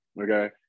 Okay